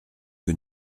que